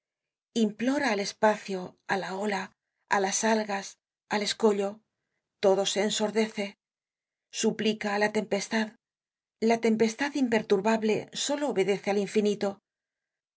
implora al espacio á la ola á las algas al escollo todo ensordece suplica á la tempestad la tempestad imperturbable solo obedece al infinito